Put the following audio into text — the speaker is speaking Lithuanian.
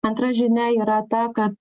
antra žinia yra ta kad